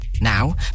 Now